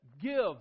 give